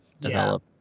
develop